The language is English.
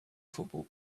football